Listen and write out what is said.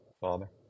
Father